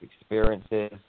experiences